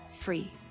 free